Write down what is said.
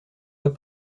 pas